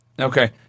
Okay